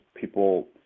people